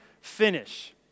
finish